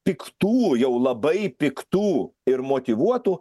piktų jau labai piktų ir motyvuotų